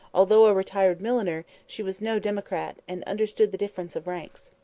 although a retired milliner, she was no democrat, and understood the difference of ranks.